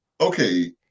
Okay